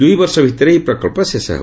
ଦୁଇ ବର୍ଷ ଭିତରେ ଏହି ପ୍ରକଳ୍ପ ଶେଷ ହେବ